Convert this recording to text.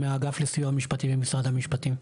מהאגף לסיוע משפטי במשרד המשפטים.